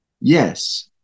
yes